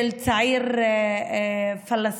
של צעיר פלסטיני,